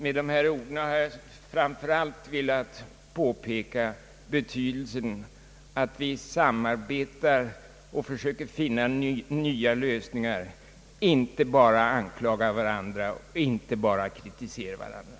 Med dessa ord har jag framför allt velat påpeka betydelsen av att vi samarbetar och försöker finna nya lösningar, inte bara anklagar varandra, inte bara kritiserar varandra.